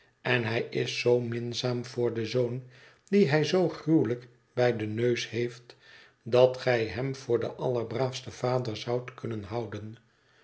en hij is zoo minzaam voor den zoon dien hij zoo gruwelijk bij den neus heeft dat gij hem voor den allerbraafsten vader zoudt kunnen houden